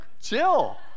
Chill